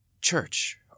church